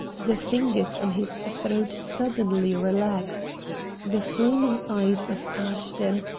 the fingers on his throat suddenly relaxed the flaming eyes of ashton,